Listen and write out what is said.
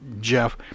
Jeff